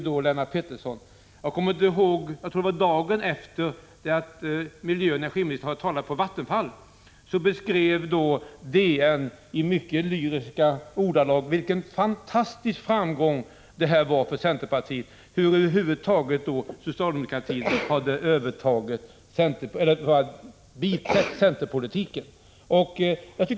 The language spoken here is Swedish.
DN refererade — jag tror att det var dagen efter att miljöoch energiministern hade talat på Vattenfall —i mycket lyriska ordalag vilken fantastisk framgång detta var för centerpartiet, att socialdemokraterna hade biträtt centerpolitiken.